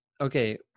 okay